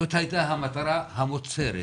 זאת הייתה המטרה המוצהרת.